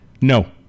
No